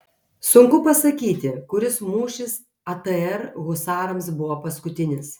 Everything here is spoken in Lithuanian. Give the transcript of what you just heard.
sunku pasakyti kuris mūšis atr husarams buvo paskutinis